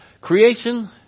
Creation